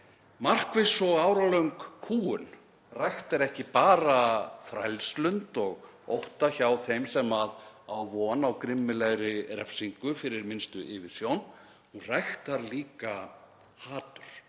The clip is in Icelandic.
Markviss og áralöng kúgun ræktar ekki bara þrælslund og ótta hjá þeim sem á von á grimmilegri refsingu fyrir minnstu yfirsjón, hún ræktar líka hatur.